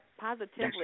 positively